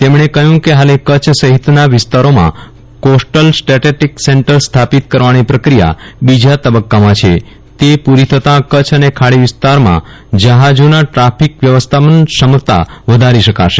તેમણે કહ્યું કે ફાલે કરછ સફીત નાં વિસ્તારોમાં કોસટલ સ્ટેટિક સેંટર સ્થાપિત કરવાની પક્રિયા બીજા તબ્બકામાં છે તે પૂરી તથા કરછ અને ખાડી વિસ્તાર માં જફાજોના ટ્રાફિક વ્યવસ્થાપન ક્ષમતા વધારી શકાશે